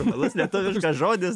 mielas lietuviškas žodis